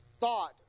thought